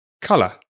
color